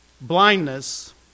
Blindness